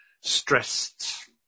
stressed